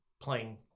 playing